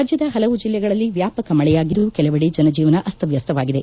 ರಾಜ್ಯದ ಹಲವು ಜಿಲ್ಲೆಗಳಲ್ಲಿ ವ್ಯಾಪಕ ಮಳೆಯಾಗಿದ್ದು ಕೆಲವೆದೆ ಜನಜೀವನ ಅಸ್ತವ್ಯಸ್ತವಾಗಿದೆ